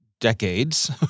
decades